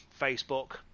facebook